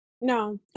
No